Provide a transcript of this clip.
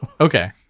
Okay